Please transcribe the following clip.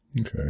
Okay